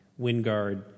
Wingard